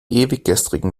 ewiggestrigen